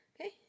Okay